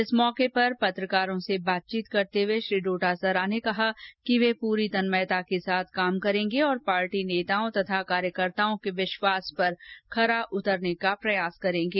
इस मौके पर पत्रकारों से बातचीत करते हुए श्री डोटासरा ने कहा कि वे पूरी तन्मयता के साथ काम करेंगे और पार्टी नेताओं तथा कार्यकर्ताओं के विश्वास पर खरा उतरने का प्रयास करेंगे